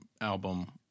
album